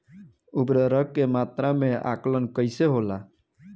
उर्वरक के मात्रा में आकलन कईसे होला?